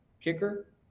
kicker